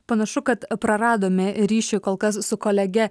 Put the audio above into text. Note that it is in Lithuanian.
panašu kad praradome ryšį kol kas su kolege